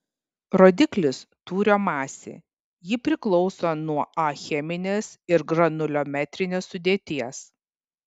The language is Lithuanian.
rodiklis tūrio masė ji priklauso nuo a cheminės ir granuliometrinės sudėties